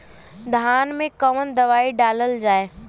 धान मे कवन दवाई डालल जाए?